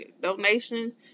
donations